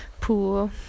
pool